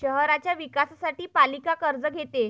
शहराच्या विकासासाठी पालिका कर्ज घेते